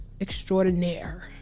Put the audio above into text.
extraordinaire